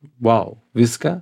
vau viską